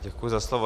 Děkuji za slovo.